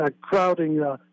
crowding